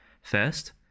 First